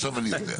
עכשיו אני יודע.